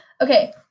Okay